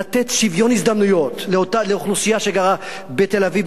לתת שוויון הזדמנויות לאוכלוסייה שגרה בתל-אביב,